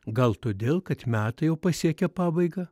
gal todėl kad metai jau pasiekia pabaigą